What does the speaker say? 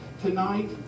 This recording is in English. Tonight